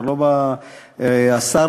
כבר שרים וחלקם כבר לא בכנסת,